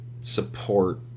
support